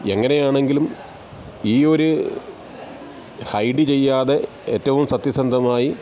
എങ്ങനെയാണെങ്കിലും ഈയൊരു ഹൈഡ് ചെയ്യാതെ ഏറ്റവും സത്യസന്ധമായി